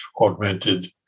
augmented